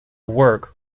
work